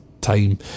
time